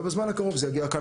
ובזמן הקרוב זה יגיע לכאן,